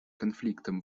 конфликтам